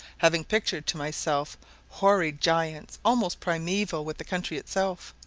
having pictured to myself hoary giants almost primeval with the country itself,